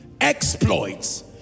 Exploits